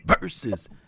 versus